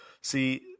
See